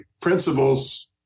principles